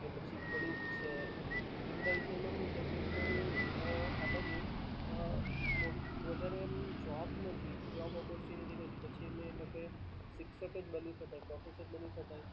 કે પછી ગણિત છે એ બધાં વિષયમાં શું છે કે કોઈ આ બાજુ અમુક વધારે એમ જોબ નથી જોબ ઓપોર્ચ્યુનિટી નથી પછી મેન તો કે શિક્ષક જ બની શકાય પ્રોફેસર બની શકાય